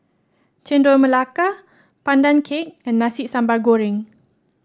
Chendol Melaka Pandan Cake and Nasi Sambal Goreng